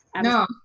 no